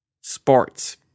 sports